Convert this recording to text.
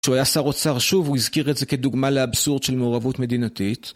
כשהוא היה שר אוצר שוב, הוא הזכיר את זה כדוגמה לאבסורד של מעורבות מדינתית.